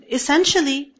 essentially